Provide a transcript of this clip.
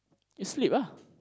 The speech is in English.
sleep lah